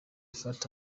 fattah